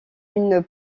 une